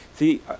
See